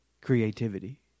creativity